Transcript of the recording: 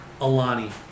Alani